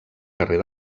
carrer